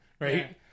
right